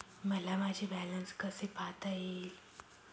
मला माझे बॅलन्स कसे पाहता येईल?